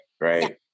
Right